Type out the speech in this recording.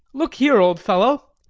look here, old fellow,